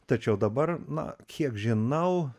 tačiau dabar na kiek žinau